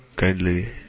Kindly